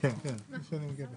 בוקר טוב